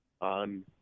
on